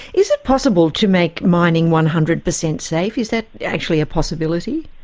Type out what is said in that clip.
is it possible to make mining one hundred percent safe? is that actually a possibility?